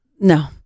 No